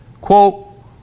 Quote